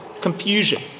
confusion